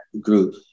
group